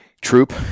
troop